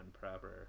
proper